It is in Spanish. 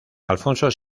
alfonso